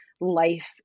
life